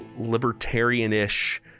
libertarian-ish